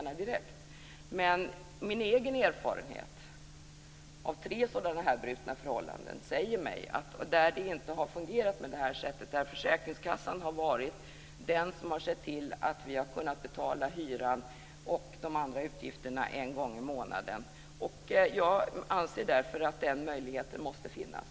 Men vi kommer nog aldrig att komma dit. Jag har egen erfarenhet av tre brutna förhållanden där det inte har fungerat på det här sättet. Försäkringskassan har varit den som har sett till att vi har kunnat betala hyran och de andra utgifterna en gång i månaden. Jag anser därför att den här möjligheten måste finnas.